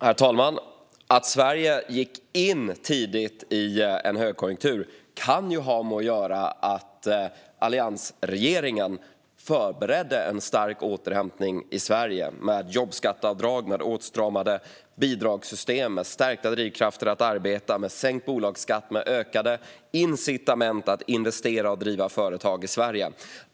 Herr talman! Att Sverige gick in tidigt i en högkonjunktur kan ju ha att göra med att alliansregeringen förberedde en stark återhämtning i Sverige med jobbskatteavdrag, åtstramade bidragssystem, stärkta drivkrafter att arbeta, sänkt bolagsskatt och ökade incitament att investera och driva företag i Sverige.